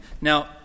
Now